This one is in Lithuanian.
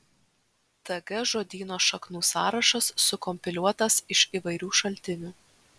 tg žodyno šaknų sąrašas sukompiliuotas iš įvairių šaltinių